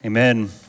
Amen